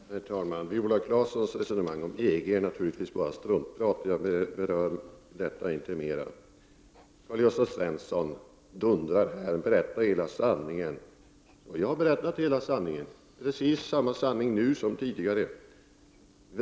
Herr talman! Viola Claessons resonemang om EG är naturligtvis bara struntprat, och jag berör inte detta mer. Karl-Gösta Svenson dundrar här: Berätta hela sanningen! Jag har berättat hela sanningen, precis samma sanning nu som tidigare.